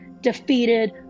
defeated